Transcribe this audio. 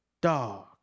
Dog